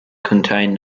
contain